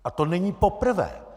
A to není poprvé!